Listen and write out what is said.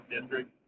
District